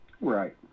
right